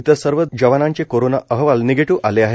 इतर सर्व जवानांचे कोरोना अहवाल निगेटिव्ह आले आहेत